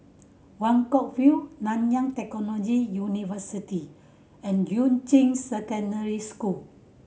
Buangkok View Nanyang Technological University and Yuan Ching Secondary School